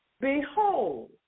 Behold